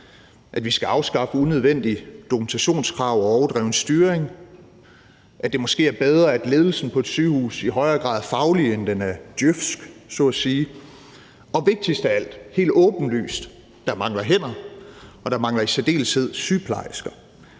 at vi skal afskaffe unødvendige dokumentationskrav og overdreven styring, at det måske er bedre, at ledelsen på et sygehus i højere grad er faglig, end den er djøfsk, så at sige, og vigtigst af alt, hvad der er helt åbenlyst, at der mangler hænder, og at der i særdeleshed mangler sygeplejersker.